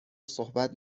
صحبت